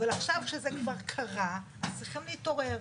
אבל עכשיו כשזה כבר קרה צריכים להתעורר.